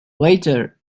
later